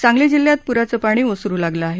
सांगली जिल्ह्यात पुराचं पाणी ओसरू लागलं आहे